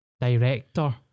Director